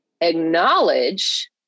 acknowledge